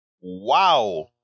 Wow